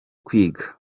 kwiga